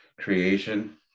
creation